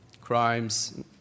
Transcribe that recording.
crimes